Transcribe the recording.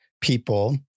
people